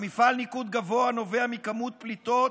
למפעל ניקוד גבוה הנובע מכמות פליטות.